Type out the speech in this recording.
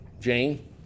jane